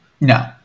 No